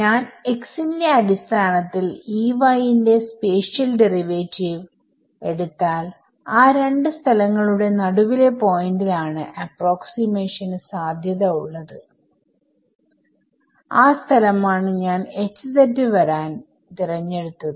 ഞാൻ x ന്റെ അടിസ്ഥാനത്തിൽ ന്റെ സ്പേഷിയൽ ഡെറിവേറ്റീവ് എടുത്താൽആ രണ്ട് സ്ഥലങ്ങളുടെ നടുവിലെ പോയിന്റിൽ ആണ് അപ്രോക്സിമേഷന് സാധുത ഉള്ളത് ആ സ്ഥലമാണ് ഞാൻ വരാൻ തിരഞ്ഞെടുത്തത്